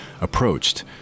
approached